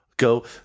go